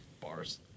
Bars